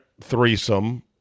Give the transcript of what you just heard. threesome